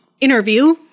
interview